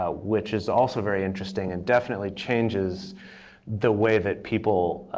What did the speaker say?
ah which is also very interesting, and definitely changes the way that people